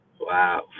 Wow